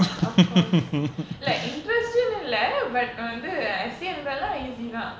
of course இல்ல:illa interest னுஇல்ல:nu illa essay இருந்தா:irundha easy தான்:thaan